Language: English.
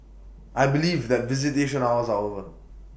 I believe that visitation hours are over